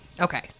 okay